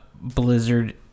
Blizzard